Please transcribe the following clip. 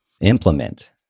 implement